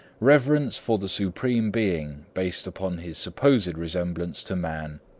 reverence for the supreme being, based upon his supposed resemblance to man.